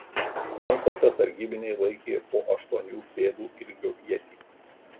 rankose sargybiniai laikė po aštuonių pėdų ilgio ietį